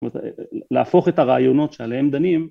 להפוך את הרעיונות שעליהם דנים